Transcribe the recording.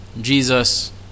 Jesus